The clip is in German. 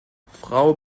frau